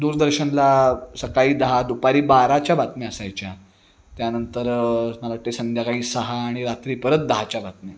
दूरदर्शनला सकाळी दहा दुपारी बाराच्या बातम्या असायच्या त्यानंतर मला वाटते संध्याकाळी सहा आणि रात्री परत दहाच्या बातम्या